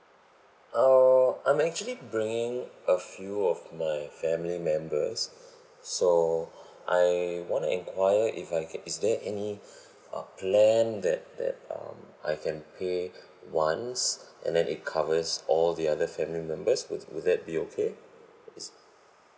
uh I'm actually bringing a few of my family members so I want to enquire if I can is there any uh plan that that um I can pay once and then it covers all the other family members would would that be okay is